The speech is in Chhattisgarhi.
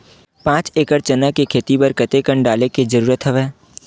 पांच एकड़ चना के खेती बर कते कन डाले के जरूरत हवय?